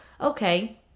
okay